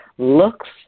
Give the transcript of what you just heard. looks